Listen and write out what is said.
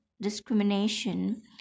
discrimination